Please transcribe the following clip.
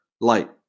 light